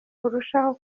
urushaho